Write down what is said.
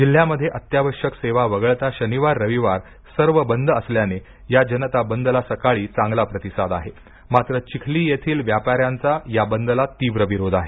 जिल्ह्यामध्ये अत्यावश्यक सेवा वगळता शनिवार रविवार सर्व बंद असल्याने या जनता बंदला सकाळी चांगला प्रतिसाद आहे मात्र चिखली येथील व्यापाऱ्यांचा या बंदला तिव्र विरोध आहे